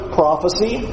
prophecy